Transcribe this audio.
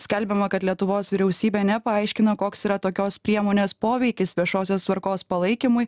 skelbiama kad lietuvos vyriausybė nepaaiškina koks yra tokios priemonės poveikis viešosios tvarkos palaikymui